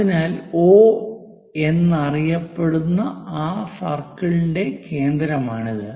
അതിനാൽ O എന്നറിയപ്പെടുന്ന ആ സർക്കിളിന്റെ കേന്ദ്രമാണിത്